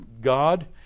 God